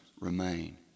remain